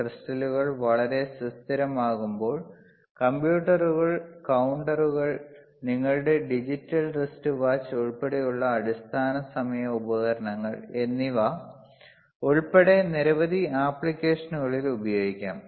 ക്രിസ്റ്റലുകൾ വളരെ സുസ്ഥിരമാകുമ്പോൾ കമ്പ്യൂട്ടറുകൾ കൌണ്ടറുകൾ നിങ്ങളുടെ ഡിജിറ്റൽ റിസ്റ്റ് വാച്ച് ഉൾപ്പെടെയുള്ള അടിസ്ഥാന സമയ ഉപകരണങ്ങൾ എന്നിവ ഉൾപ്പെടെ നിരവധി ആപ്ലിക്കേഷനുകളിൽ ഉപയോഗിക്കാം